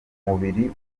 mubiri